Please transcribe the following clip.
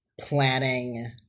planning